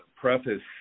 preface